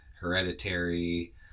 hereditary